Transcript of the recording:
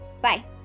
Bye